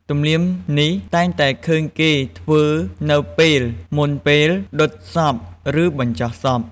ទំនៀមនេះតែងតែឃើញគេធ្វើនៅពេលមុនពេលដុតសពឬបញ្ចុះសព។